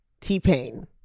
t-pain